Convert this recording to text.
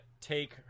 take